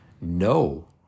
No